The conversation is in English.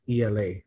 ela